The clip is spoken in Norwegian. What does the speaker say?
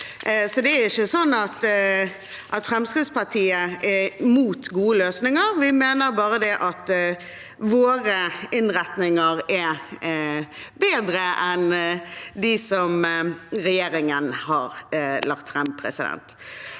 Det er ikke sånn at Fremskrittspartiet er imot gode løsninger, vi mener bare at våre innretninger er bedre enn dem som regjeringen har lagt fram. Samtidig